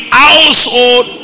household